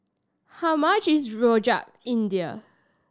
how much is Rojak India